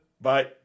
Bye